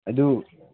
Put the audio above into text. ꯑꯗꯨ